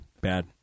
bad